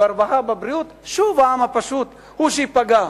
ברווחה, בבריאות, שוב, העם הפשוט הוא שייפגע.